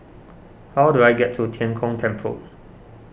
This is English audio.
how do I get to Tian Kong Temple